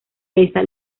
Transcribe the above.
besa